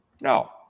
No